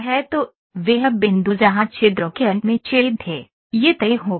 तो वह बिंदु जहां छिद्रों के अंत में छेद थे यह तय हो गया है